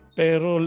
pero